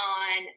on